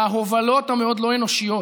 להובלות המאוד-לא אנושיות,